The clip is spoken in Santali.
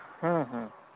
ᱦᱮᱸ ᱦᱮᱸ